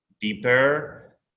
deeper